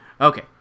Okay